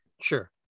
sure